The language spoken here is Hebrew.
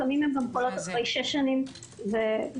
לפעמים הן גם חולות אחרי 6 שנים ומטה.